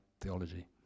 theology